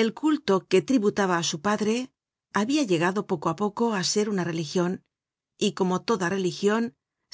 el culto que tributaba á su padre habia llegado poco á poco á ser una religion y como toda religion